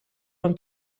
вам